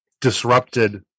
disrupted